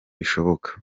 bishoboka